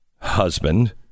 husband